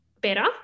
better